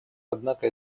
однако